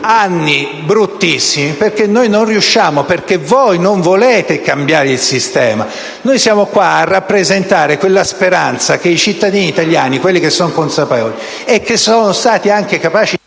anni bruttissimi perché noi non riusciamo, perché voi non volete cambiare il sistema. Noi siamo qua a rappresentare quella speranza che i cittadini italiani, quelli consapevoli e che sono stati anche capaci